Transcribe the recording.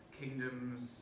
kingdom's